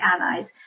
allies